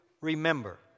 remember